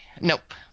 Nope